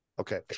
Okay